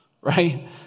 Right